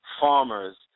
farmers